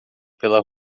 pela